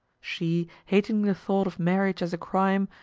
she, hating the thought of marriage as a crime,